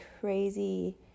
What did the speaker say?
crazy